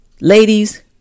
ladies